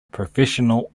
professional